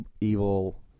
evil